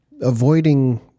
avoiding